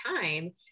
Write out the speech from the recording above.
time